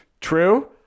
True